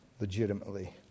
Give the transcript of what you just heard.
legitimately